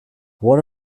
what